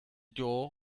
door